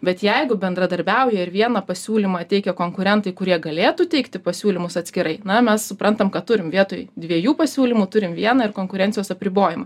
bet jeigu bendradarbiauja ir vieną pasiūlymą teikia konkurentai kurie galėtų teikti pasiūlymus atskirai na mes suprantam kad turim vietoj dviejų pasiūlymų turim vieną ir konkurencijos apribojimą